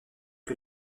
que